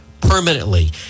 permanently